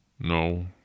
No